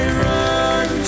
run